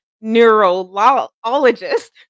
neurologist